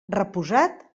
reposat